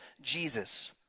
Jesus